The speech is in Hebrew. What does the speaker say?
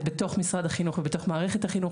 בתוך משרד החינוך ובתוך מערכת החינוך.